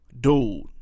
Dude